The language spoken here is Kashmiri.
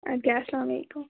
اَدٕ کیاہ اَلسَلام علیکُم